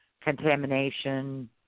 contamination